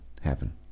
Heaven